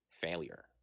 failure